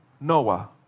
Noah